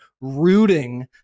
rooting